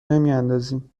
نمیندازیم